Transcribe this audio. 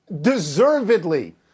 Deservedly